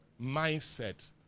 Mindset